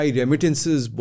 remittances